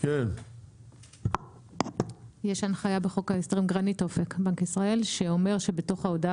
יש הנחיה בחוק ההסדרים שאומרת שבתוך ההודעה